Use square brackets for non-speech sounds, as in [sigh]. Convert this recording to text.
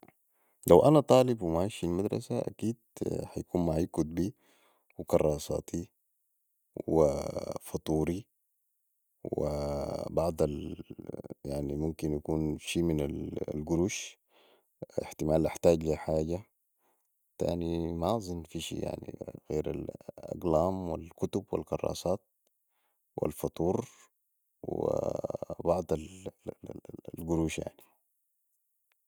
لو أنا طالب وماشي المدرسه أكيد ح يكون معاي كتبي وكراساتي وفطوري وبعض [hesitation] يعني ممكن يكون شي من القرش إحتمال احتاج لي حاجه تاني ماظن في شي غير الاقلام والكتب والكراساتو الفطور وبعض القروش يعني